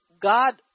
God